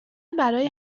برای